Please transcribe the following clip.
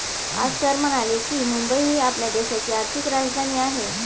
आज सर म्हणाले की, मुंबई ही आपल्या देशाची आर्थिक राजधानी आहे